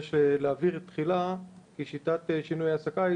יש להבהיר תחילה כי שיטת שינוי העסקה,